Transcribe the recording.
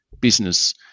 business